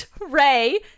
Ray